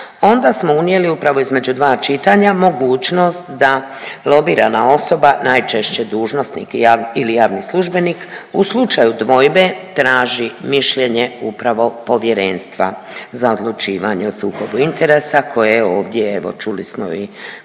onda smo unijeli upravo između dva čitanja mogućnost da lobirana osoba najčešće dužnosnik ili javni službenik u slučaju dvojbe traži mišljenje upravo Povjerenstva za odlučivanje o sukobu interesa koje je ovdje evo čuli smo i